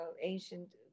ancient